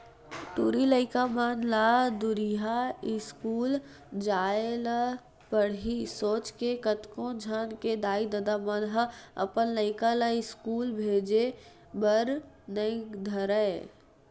टूरी लइका मन ला दूरिहा इस्कूल जाय ल पड़ही सोच के कतको झन के दाई ददा मन ह अपन लइका ला इस्कूल भेजे बर नइ धरय